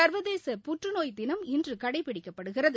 சர்வதேச புற்றுநோய் தினம் இன்று கடைபிடிக்கப்படுகிறது